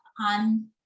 on